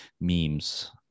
memes